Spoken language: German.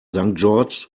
george’s